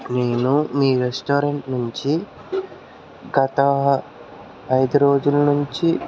నేను మీ రెస్టారెంట్ నుంచి గత ఐదు రోజుల నుంచి